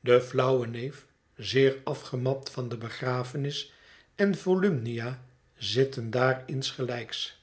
de flauwe neef zeer afgemat van de begrafenis én volumnia zitten daar insgelijks